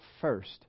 first